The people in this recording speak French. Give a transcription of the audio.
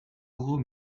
gros